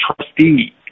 trustee